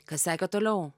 kas seka toliau